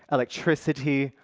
electricity,